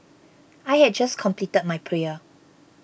I had just completed my prayer